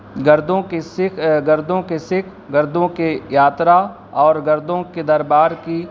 گردوں کے سکھ گردوں کے سکھ گردوں کی یاترا اور گردوں کے دربار کی